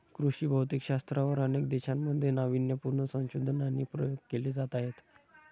कृषी भौतिकशास्त्रावर अनेक देशांमध्ये नावीन्यपूर्ण संशोधन आणि प्रयोग केले जात आहेत